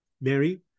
Mary